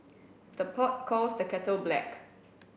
the pot calls the kettle black